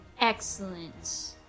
Excellent